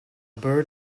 bird